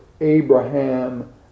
Abraham